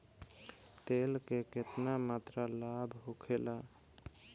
तेल के केतना मात्रा लाभ होखेला?